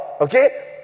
okay